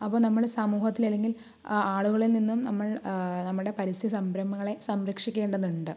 അപ്പോൾ നമ്മൾ സമൂഹത്തിൽ അല്ലെങ്കിൽ ആളുകളിൽ നിന്നും നമ്മൾ നമ്മുടെ പരിസ്ഥിതി സംരംഭങ്ങളെ സംരക്ഷിക്കേണ്ടതുണ്ട്